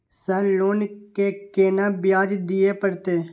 Sir loan के केना ब्याज दीये परतें?